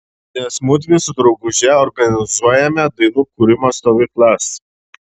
nes mudvi su drauguže organizuojame dainų kūrimo stovyklas